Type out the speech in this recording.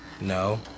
No